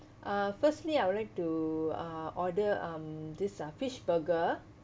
uh firstly I would like to uh order um this uh fish burger